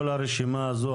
כל הרשימה הזאת,